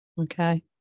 okay